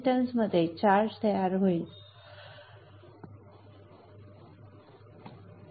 दोन अतिशय महत्त्वाचे कंपोनेंट्स जे आपण बहुतेक DC DC कन्व्हर्टरमध्ये वापरणार आहोत ते म्हणजे इंडक्टर आणि कॅपेसिटर